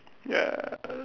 ya